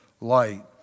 light